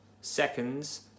seconds